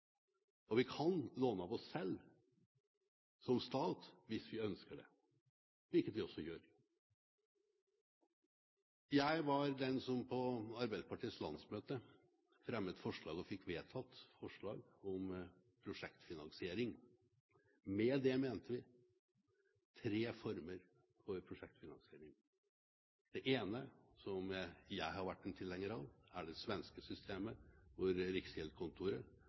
og vi kan låne av oss selv, som stat, hvis vi ønsker det – hvilket vi også gjør. Jeg var den som på Arbeiderpartiets landsmøte fremmet og fikk vedtatt forslag om prosjektfinansiering. Med det mente vi tre former for prosjektfinansiering. Den ene, som jeg har vært en tilhenger av, er det svenske systemet, hvor